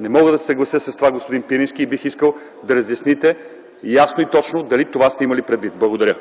Не мога да се съглася с това, господин Пирински, и бих искал да обясните ясно и точно дали това сте имали предвид. Благодаря.